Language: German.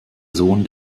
sohn